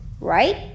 right